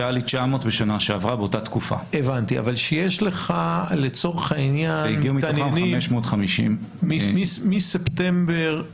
כשהיו לי 900 בשנה שעברה באותה תקופה והגיעו מתוכם 550. הבנתי,